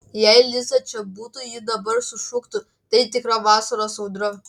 jei liza čia būtų ji dabar sušuktų tai tikra vasaros audra